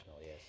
yes